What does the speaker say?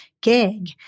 gig